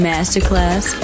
Masterclass